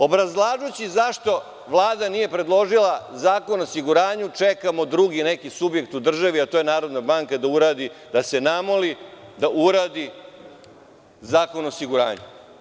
Obrazlažući zašto Vlada nije predložila Zakon o osiguranju, čekamo drugi neki subjekt u državi, a to je Narodna banka, da se namoli da uradi Zakon o osiguranju.